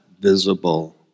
visible